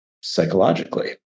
psychologically